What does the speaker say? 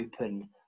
open